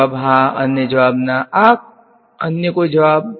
જવાબ હા છે અન્ય જવાબ ના છે અન્ય કોઈ જવાબો